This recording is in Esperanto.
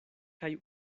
kaj